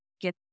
get